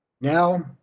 Now